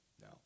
No